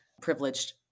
privileged